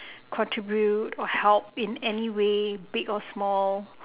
contribute or help in anyway big or small